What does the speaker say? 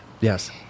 Yes